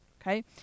Okay